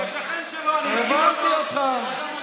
מספיק עם הבדיחה הזאת, מספיק.